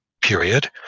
period